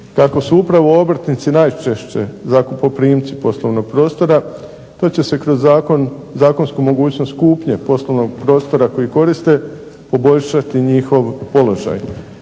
Kako su upravo obrtnici najčešće zakupoprimci poslovnog prostora, to će se kroz zakon, zakonsku mogućnost kupnje poslovnog prostora koji koriste poboljšati njihov položaj